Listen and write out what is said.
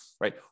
Right